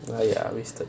!aiya! wasted